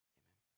amen